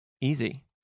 easy